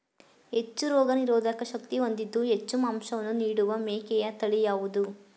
ಹೆಚ್ಚು ರೋಗನಿರೋಧಕ ಶಕ್ತಿ ಹೊಂದಿದ್ದು ಹೆಚ್ಚು ಮಾಂಸವನ್ನು ನೀಡುವ ಮೇಕೆಯ ತಳಿ ಯಾವುದು?